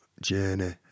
journey